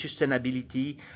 sustainability